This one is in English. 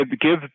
Give